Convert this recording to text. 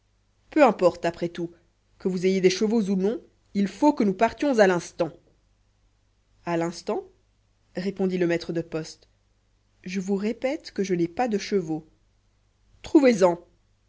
peu importe après tout que vous ayez des chevaux ou non il faut que nous partions à l'instant a l'instant répondit le maître de poste je vous répète que je n'ai pas de chevaux trouvez en